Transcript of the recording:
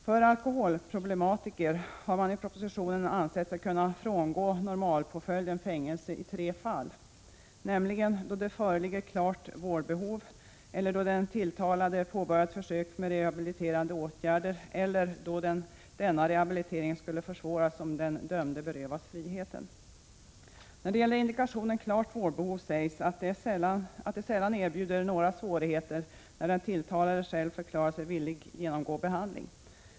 För alkoholproblematiker har man i propositionen ansett sig kunna frångå normalpåföljden fängelse i tre fall, nämligen då det föreligger klart vårdbehov, då den tilltalade påbörjat försök med rehabiliterande åtgärder och då denna rehabilitering skulle försvåras om den dömde berövades friheten. När det gäller indikationen klart vårdbehov sägs det att det sällan erbjuder några svårigheter när den tilltalade själv förklarar sig villig att genomgå behandling.